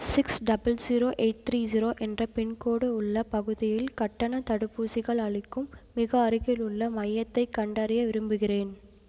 six double zero eight three zero என்ற pincode உள்ள பகுதியில் கட்டண தடுப்பூசிகள் அளிக்கும் மிக அருகிலுள்ள மையத்தை கண்டறிய விரும்புகிறேன்